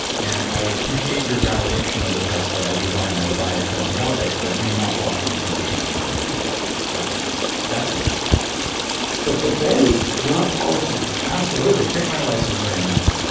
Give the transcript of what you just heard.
and i would appreciate your validation of the tests that i do buy and i will buy the tests you validate, but do not block me from doing things that i choose to do. like that's that's nasty but but dave, you're not qualified absolutely. take my license right now